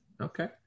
Okay